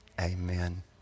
amen